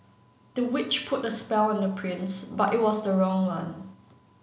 the witch put a spell on the prince but it was the wrong one